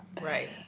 right